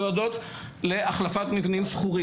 מיועדות להחלפת מבנים יבילים קיימים.